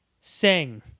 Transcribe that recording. Sing